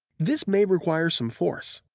this may require some force.